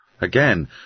again